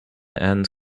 and